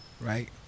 right